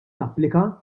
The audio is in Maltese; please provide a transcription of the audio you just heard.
tapplika